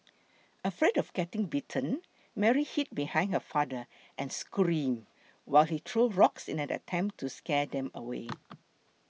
afraid of getting bitten Mary hid behind her father and screamed while he threw rocks in an attempt to scare them away